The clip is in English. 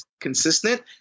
consistent